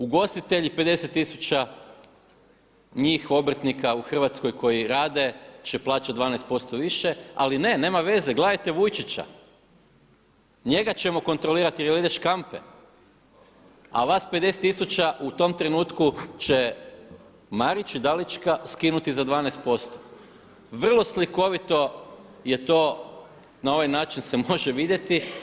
Ugostitelji 50 tisuća njih obrtnika u Hrvatskoj koji rade će plaćati 12% više, ali ne, nema veze, gledajte Vujčića njega ćemo kontrolirati jer jede škampe, a vas 50 tisuća u tom trenutku će Marić i Dalićka skinuti za 12%. vrlo slikovito je to na ovaj način se može vidjeti.